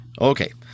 okay